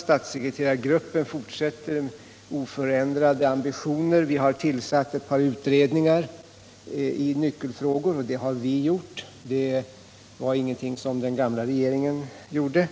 Statssekreterargruppen fortsätter med oförändrade ambitioner. Vi har tillsatt ett par utredningar i nyckelfrågor. Det har vi gjort — Om behovet av —- det var ingenting som den förra regeringen gjorde.